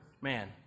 man